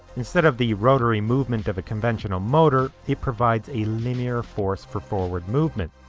instead of the rotary movement of a conventional motor, it provides a linear force for forward movement.